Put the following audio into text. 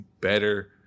better